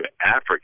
Africa